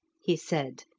he said,